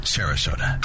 Sarasota